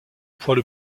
point